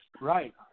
Right